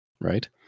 Right